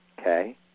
okay